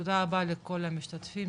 תודה רבה, לכל המשתתפים.